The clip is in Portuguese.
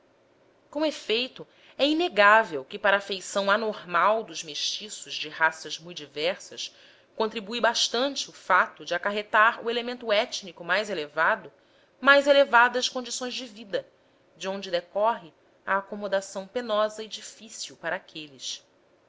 frisante com efeito é inegável que para a feição anormal dos mestiços de raças mui diversas contribui bastante o fato de acarretar o elemento étnico mais elevado mais elevadas condições de vida de onde decorre a acomodação penosa e difícil para aqueles